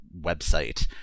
website